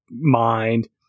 mind